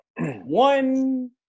One